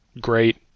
great